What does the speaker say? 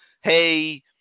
Hey